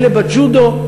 ואלה בג'ודו.